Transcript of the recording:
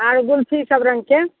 आर गुमथी सब रङ्गके